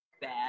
bad